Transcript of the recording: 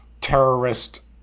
terrorist